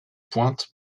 pointe